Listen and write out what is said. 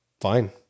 Fine